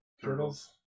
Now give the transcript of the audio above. Turtles